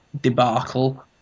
debacle